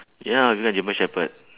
ya you like german shepherd